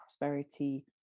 prosperity